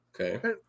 Okay